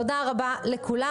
תודה רבה לכולם.